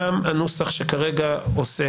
גם הנוסח שכרגע עוסק,